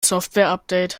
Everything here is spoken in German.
softwareupdate